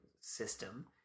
system